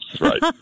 right